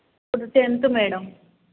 ఇప్పుడు tenth madam